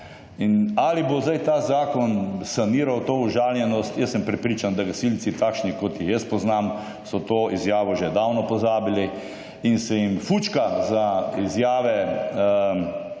Ali bo sedaj ta zakon saniral to užaljenost? Jaz sem prepričan, da gasilci takšni kot jih jaz poznam so to izjavo že davno pozabili in se jim fučka za izjave